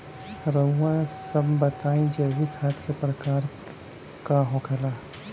रउआ सभे बताई जैविक खाद क प्रकार के होखेला?